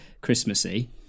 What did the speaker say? Christmassy